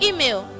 Email